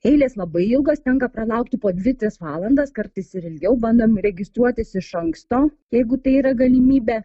eilės labai ilgos tenka pralaukti po dvi tris valandas kartais ir ilgiau bandom registruotis iš anksto jeigu tai yra galimybė